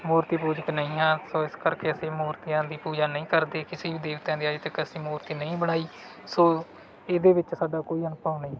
ਮੂਰਤੀ ਪੂਜਕ ਨਹੀਂ ਹਾਂ ਸੋ ਇਸ ਕਰਕੇ ਅਸੀਂ ਮੂਰਤੀਆਂ ਦੀ ਪੂਜਾ ਨਹੀਂ ਕਰਦੇ ਕਿਸੀ ਵੀ ਦੇਵਤਿਆਂ ਦੀ ਅੱਜ ਤੱਕ ਅਸੀਂ ਮੂਰਤੀ ਨਹੀਂ ਬਣਾਈ ਸੋ ਇਹਦੇ ਵਿੱਚ ਸਾਡਾ ਕੋਈ ਅਨੁਭਵ ਨਹੀਂ